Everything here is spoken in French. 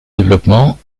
développement